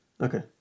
Okay